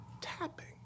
tapping